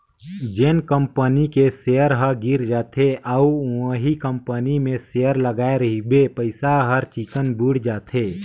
जेन कंपनी के सेयर ह गिर जाथे अउ उहीं कंपनी मे सेयर लगाय रहिबे पइसा हर चिक्कन बुइड़ जाथे